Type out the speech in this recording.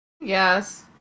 Yes